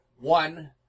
one